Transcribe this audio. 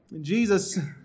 Jesus